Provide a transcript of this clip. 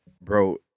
bro